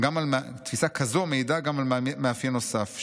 תפיסה כזו מעידה גם על מאפיין נוסף,